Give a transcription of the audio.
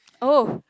oh